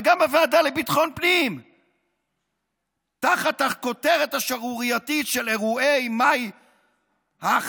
וגם בוועדה לביטחון הפנים תחת הכותרת השערורייתית של אירועי מאי האחרון,